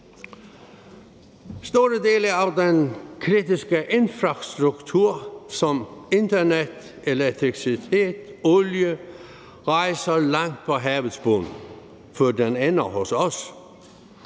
Store dele af den kritiske infrastruktur som internet, elektricitet og olie rejser langt på havets bund, før de ender hos os.